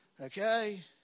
Okay